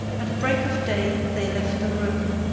at break of day, they left the room.